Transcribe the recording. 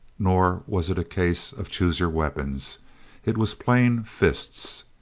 nor was it a case of choose your weapons it was plain fists.